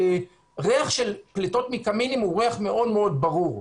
וריח של פליטות מקמינים הוא ריח מאוד מאוד ברור.